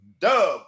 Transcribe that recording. dub